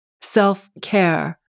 self-care